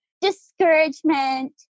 discouragement